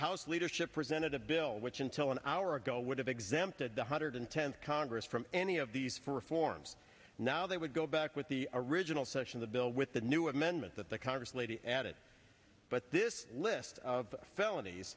house leadership presented a bill which until an hour ago would have exempted one hundred tenth congress from any of these for reform now they would go back with the original session the bill with the new amendment that the congress lady added but this list of felonies